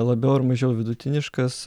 labiau ar mažiau vidutiniškas